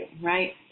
right